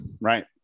right